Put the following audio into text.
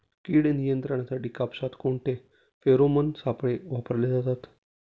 कीड नियंत्रणासाठी कापसात कोणते फेरोमोन सापळे वापरले जातात?